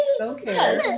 Okay